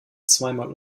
zweimal